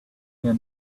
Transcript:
here